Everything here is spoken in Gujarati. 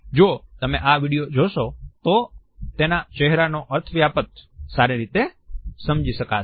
જો તમે એ વિડીયો જોશો તો તેના ચહેરાનો અર્થવ્યાપ્ત સારી રીતે સમજી શકાશે